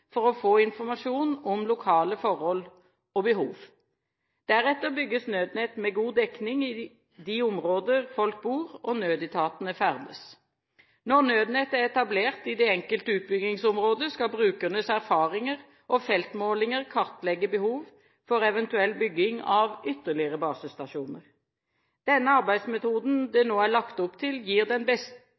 for å få informasjon om lokale forhold og behov. Deretter bygges Nødnett med god dekning i de områder folk bor og nødetatene ferdes. Når Nødnett er etablert i det enkelte utbyggingsområde, skal brukernes erfaringer og feltmålinger kartlegge behov for eventuell bygging av ytterligere basestasjoner. Den arbeidsmetoden det nå er lagt opp til, gir den